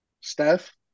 Steph